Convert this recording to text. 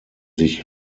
sich